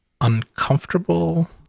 uncomfortable